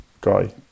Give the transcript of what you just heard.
guy